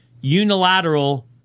unilateral